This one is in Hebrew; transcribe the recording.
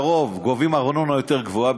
לרוב גובים ארנונה יותר גבוהה,